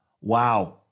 Wow